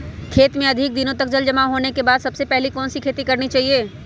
खेत में अधिक दिनों तक जल जमाओ होने के बाद सबसे पहली कौन सी खेती करनी चाहिए?